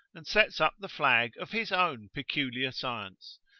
and sets up the flag of his own peculiar science.